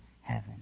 heaven